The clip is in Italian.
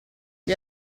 gli